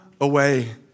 away